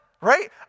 right